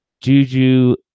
#Juju